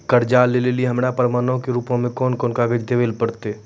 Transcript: कर्जा लै लेली हमरा प्रमाणो के रूपो मे कोन कोन कागज देखाबै पड़तै?